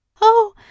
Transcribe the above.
Oh